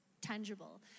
tangible